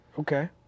Okay